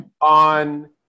on